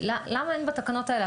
למה אין בתקנות האלה?